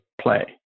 play